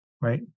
right